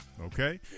okay